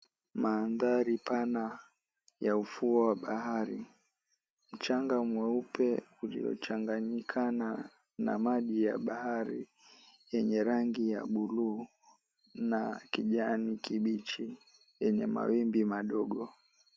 Maandhari pana ya ufuo wa bahari, mchanga mweupe uliochanganyikana na maji ya bahari yenye rangi ya buluu na kijani kibichi yenye mawimbi madogo.